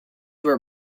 were